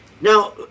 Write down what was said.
now